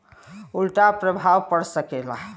उल्टा प्रभाव पड़ सकेला